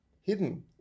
hidden